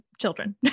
children